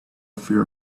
fear